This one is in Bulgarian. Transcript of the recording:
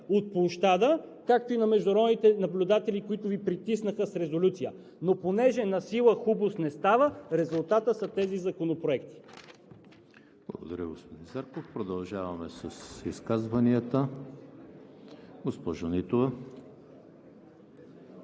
от площада, както и международните наблюдатели, които Ви притиснаха с резолюция, но понеже насила хубост не става, резултатът са тези законопроекти. ПРЕДСЕДАТЕЛ ЕМИЛ ХРИСТОВ: Благодаря, господин Зарков. Продължаваме с изказвания. Госпожо Нитова.